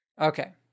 Okay